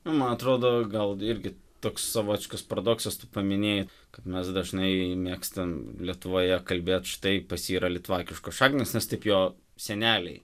nu man atrodo gal irgi toks savotiškas paradoksas tu paminėjai kad mes dažnai mėgstam lietuvoje kalbėt štai pas jį yra litvakiškos šaknys nes taip jo seneliai